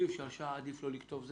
אם אי אפשר שעה אז עדיף לא לכתוב,